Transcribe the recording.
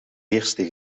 eerste